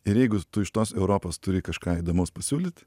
ir jeigu tu iš tos europos turi kažką įdomaus pasiūlyt